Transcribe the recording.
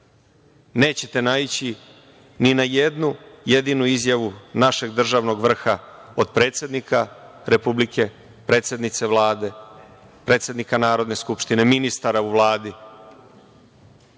naići ni na jednu jedinu izjavu našeg državnog vrha, od predsednika Republike, predsednice Vlade, predsednika Narodne skupštine, ministara u Vladi,